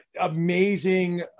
Amazing